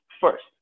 first